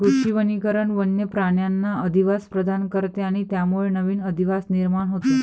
कृषी वनीकरण वन्य प्राण्यांना अधिवास प्रदान करते आणि त्यामुळे नवीन अधिवास निर्माण होतो